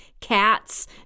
cats